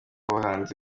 bahanzi